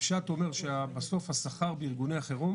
הפשט אומר שבסוף השכר בארגוני החירום